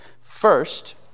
First